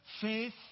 Faith